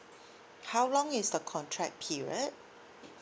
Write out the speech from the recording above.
how long is the contract period